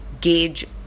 gauge